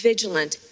Vigilant